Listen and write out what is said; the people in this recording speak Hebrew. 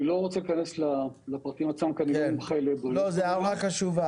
אני לא רוצה להיכנס לפרטים עצמם כי אני לא מומחה --- זו הערה חשובה.